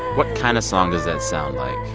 what kind of song does that sound like?